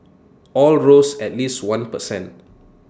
all rose at least one per cent